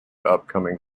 upcoming